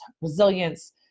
resilience